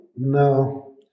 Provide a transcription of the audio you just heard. No